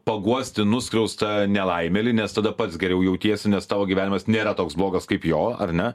paguosti nuskriaustą nelaimėlį nes tada pats geriau jautiesi nes tavo gyvenimas nėra toks blogas kaip jo ar ne